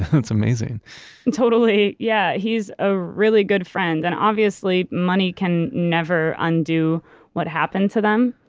it's amazing totally. yeah. he's a really good friend, and obviously, money can never undo what happened to them,